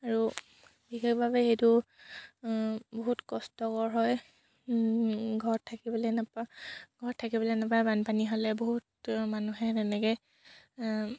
আৰু বিশেষভাৱে সেইটো বহুত কষ্টকৰ হয় ঘৰত থাকিবলৈ নেপায় ঘৰত থাকিবলৈ নেপায় বানপানী হ'লে বহুত মানুহে তেনেকৈ